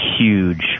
huge